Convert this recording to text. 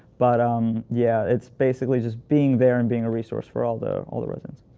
but um yeah, it's basically just being there and being a resource for all the, all the residents.